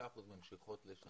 35% ממשיכות לשנה שנייה.